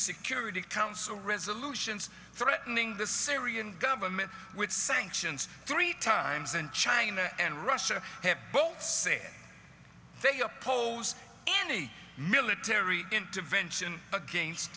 security council resolutions threatening the syrian government with sanctions three times in china and russia have both said they oppose any military intervention against